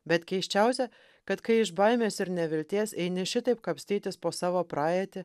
bet keisčiausia kad kai iš baimės ir nevilties eini šitaip kapstytis po savo praeitį